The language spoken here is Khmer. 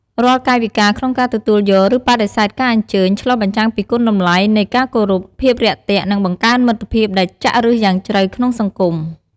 រាល់កាយវិការក្នុងការទទួលយក ឬបដិសេធការអញ្ជើញ ឆ្លុះបញ្ចាំងពីគុណតម្លៃនៃការគោរព ភាពរាក់ទាក់ និងបង្កើនមិត្តភាពដែលចាក់ឫសយ៉ាងជ្រៅក្នុងសង្គម។